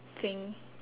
thing